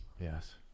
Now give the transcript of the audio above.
Yes